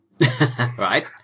Right